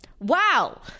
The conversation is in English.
Wow